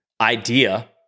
idea